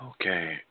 Okay